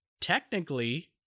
Technically